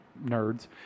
nerds